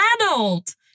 adult